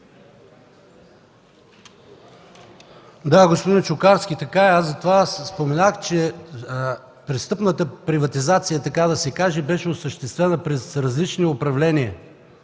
Да, господин Чукарски, така е! Затова споменах, че престъпната приватизация – така да се каже – беше осъществена през различни управления.